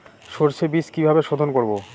সর্ষে বিজ কিভাবে সোধোন করব?